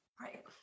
Right